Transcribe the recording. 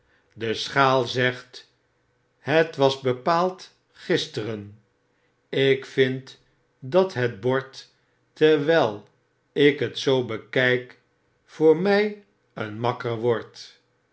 de schaal zegt het was bepaald gisteren ik vind dat het bord terwjjl ik het zoo bekyk voor my eenmakker wordt